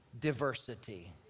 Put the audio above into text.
diversity